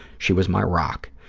she was my rock.